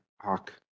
hawk